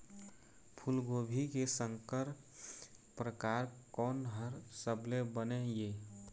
फूलगोभी के संकर परकार कोन हर सबले बने ये?